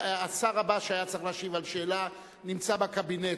השר הבא שהיה צריך להשיב על שאלה נמצא בקבינט.